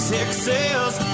Texas